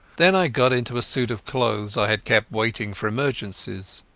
then i got into a suit of clothes i had kept waiting for emergencies.